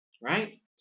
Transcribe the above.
right